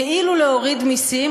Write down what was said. כאילו להוריד מסים,